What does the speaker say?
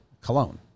cologne